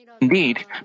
Indeed